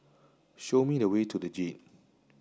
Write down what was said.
show me the way to the Jade